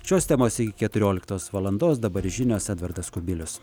šios temos iki keturioliktos valandos dabar žinios edvardas kubilius